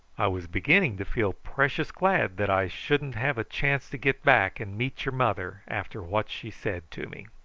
i was beginning to feel precious glad that i shouldn't have a chance to get back and meet your mother after what she said to me.